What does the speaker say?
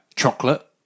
chocolate